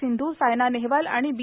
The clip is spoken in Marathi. सिंध् सायना नेहवाल आणि बी